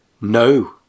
No